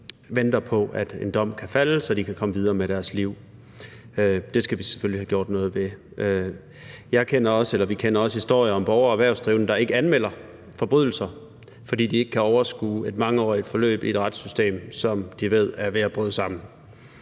venter på, at en dom kan falde, så de kan komme videre med deres liv. Det skal vi selvfølgelig have gjort noget ved. Vi kender også historier om borgere og erhvervsdrivende, der ikke anmelder forbrydelser, fordi de ikke kan overskue et mangeårigt forløb i et retssystem, som de ved er ved at bryde sammen.